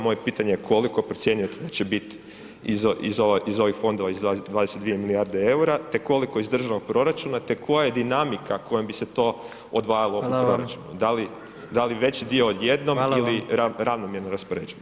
Moje pitanje je, koliko procjenjujete da će bit iz ovih fondova iz 22 milijarde EUR-a, te koliko iz državnog proračuna, te koja je dinamika kojom bi se to odvajalo [[Upadica: Hvala vam]] od proračuna, da li, da li veći dio odjednom [[Upadica: Hvala vam]] ili ravnomjerno raspoređeno?